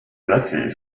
placé